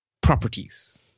properties